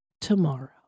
tomorrow